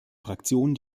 fraktion